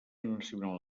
nacional